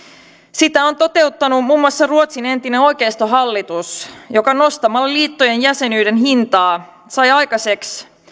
sitä on toteuttanut muun muassa ruotsin entinen oikeistohallitus joka nostamalla liittojen jäsenyyden hintaa sai aikaiseksi